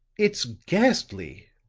it's ghastly!